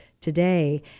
today